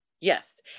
yes